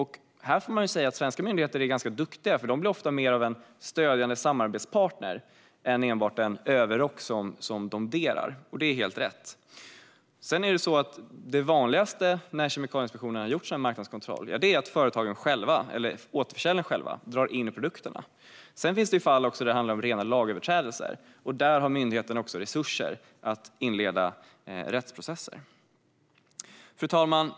Här får man säga att svenska myndigheter är ganska duktiga, för de blir ofta mer av en stödjande samarbetspartner än enbart en överrock som domderar, vilket är helt rätt. Det vanliga när Kemikalieinspektionen har gjort sin marknadskontroll är att företag eller återförsäljare själva drar in produkterna. Sedan finns det fall där det handlar om rena lagöverträdelser, och där har myndigheten också resurser att inleda rättsprocesser.